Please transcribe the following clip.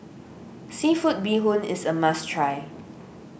Seafood Bee Hoon is a must try